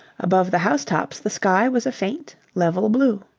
above the house-tops the sky was a faint, level blue.